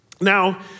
Now